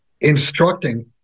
instructing